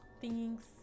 Thanks